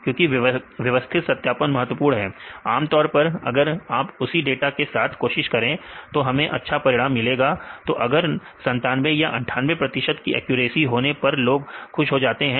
क्योंकि व्यवस्थित सत्यापन महत्वपूर्ण है आमतौर पर अगर आप उसी डाटा के साथ कोशिश करें तो हमें अच्छा परिणाम मिलेगा तो अगर 97 या 98 प्रतिशत की एक्यूरेसी होने पर लोग खुश हो जाते हैं